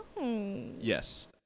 Yes